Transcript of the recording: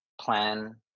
plan